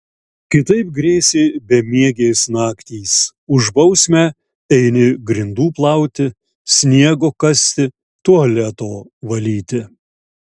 kitaip grėsė bemiegės naktys už bausmę eini grindų plauti sniego kasti tualeto valyti